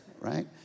right